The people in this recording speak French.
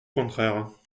contraire